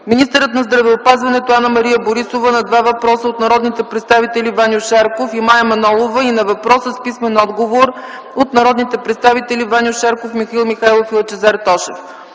министърът на здравеопазването Анна-Мария Борисова – на два въпроса от народните представители Ваньо Шарков и Мая Манолова, и на въпрос с писмен отговор от народните представители Ваньо Шарков, Михаил Михайлов и Лъчезар Тошев.